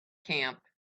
camp